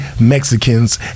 Mexicans